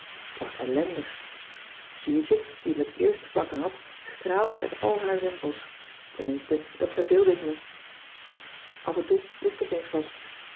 t was ellendig zuurtje die me het eerst te pakken had straalde uit al haar rimpels tenminste dat verbeeldde ik me af en toe wist ik eens wat